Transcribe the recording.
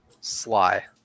sly